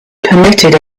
permitted